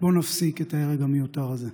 בואו נפסיק את ההרג המיותר הזה.